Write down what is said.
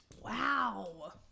Wow